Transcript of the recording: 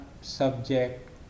subject